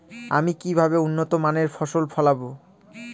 আমি কিভাবে উন্নত মানের ফসল ফলাব?